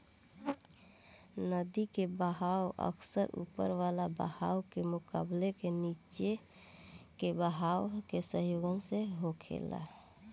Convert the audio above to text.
नदी के बहाव अक्सर ऊपर वाला बहाव के मुकाबले नीचे के बहाव के संयोजन होखेला